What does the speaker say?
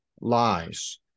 lies